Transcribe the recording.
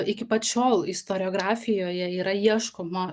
iki pat šiol istoriografijoje yra ieškoma